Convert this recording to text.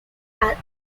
are